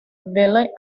belle